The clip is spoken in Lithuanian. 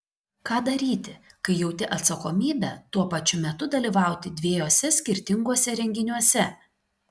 ką daryti kai jauti atsakomybę tuo pačiu metu dalyvauti dviejuose skirtinguose renginiuose